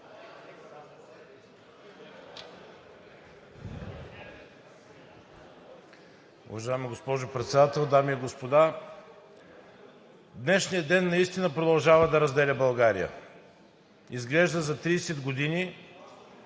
Днешният ден наистина продължава да разделя България. Изглежда за 30 години